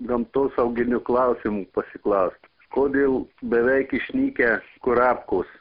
gamtosauginių klausimų pasiklaust kodėl beveik išnykę kurapkos